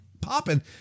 popping